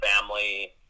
family